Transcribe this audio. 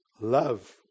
love